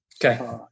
Okay